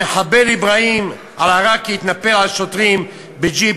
המחבל אברהים אל-עכארי התנפל על שוטרים בג'יפ,